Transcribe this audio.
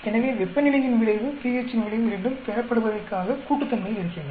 எனவே வெப்பநிலையின் விளைவு pH இன் விளைவு இரண்டும் பெறப்படுபவைக்காக கூட்டுத்தன்மையில் இருக்கின்றன